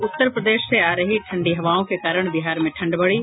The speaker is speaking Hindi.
और उत्तर प्रदेश से आ रही ठंडी हवाओं के कारण बिहार में ठंड बढ़ी